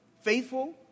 faithful